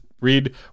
Read